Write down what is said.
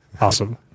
Awesome